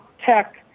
tech